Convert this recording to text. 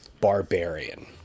barbarian